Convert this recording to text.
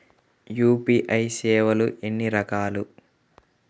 UPI సేవలు ఎన్నిరకాలు?